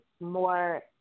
more